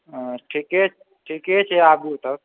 ठीके छै ठीके छै आबू तऽ